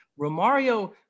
Romario